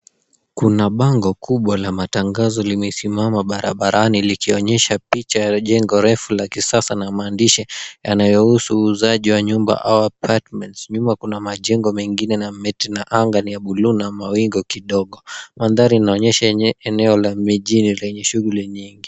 Kuna bango kubwa la matangazo limesimama barabarani likionyesha picha ya jengo refu la kisasa na maandishi yanayohusu uuzaji wa nyumba au apartments .Nyuma kuna majengo mengine na anga ni ya buluu na mawingu kidogo. Mandhari inaonyesha eneo la miji lenye shughuli nyingi.